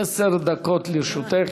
עשר דקות לרשותך,